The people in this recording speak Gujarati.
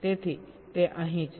તેથી તે અહીં છે